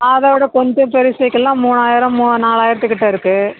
அதை விட கொஞ்சம் பெரிய சைக்கள்லாம் மூவாயிரம் மூ நாலாயிரத்துக்கிட்ட இருக்கு